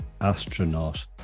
Astronaut